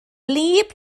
wlyb